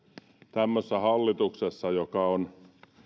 tämmöisessä hallituksessa joka on